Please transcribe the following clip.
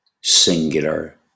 singular